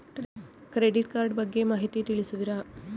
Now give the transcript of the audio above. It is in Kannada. ಕ್ರೆಡಿಟ್ ಕಾರ್ಡ್ ಬಗ್ಗೆ ಮಾಹಿತಿ ತಿಳಿಸುವಿರಾ?